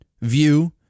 view